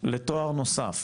לתואר נוסף